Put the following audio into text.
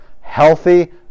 healthy